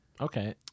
Okay